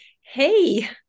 hey